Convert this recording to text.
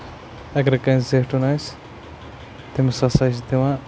اَگر کٲنٛسہِ زٮ۪ٹھُن آسہِ تٔمِس ہَسا چھِ دِوان